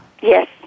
Yes